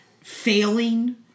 failing